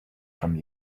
from